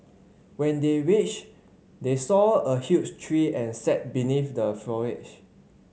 when they reached they saw a huge tree and sat beneath the foliage